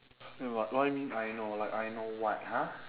ya what what you mean I know like I know what !huh!